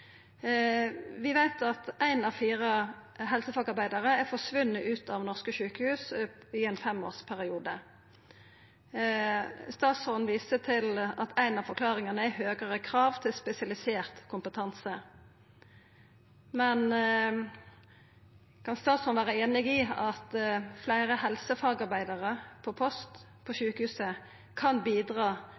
Vi veit at ein av fire helsefagarbeidarar er forsvunne ut av norske sjukehus i ein femårsperiode. Statsråden viste til at ei av forklaringane er høgare krav til spesialisert kompetanse. Men kan statsråden vera einig i at fleire helsefagarbeidarar på post på sjukehuset kan bidra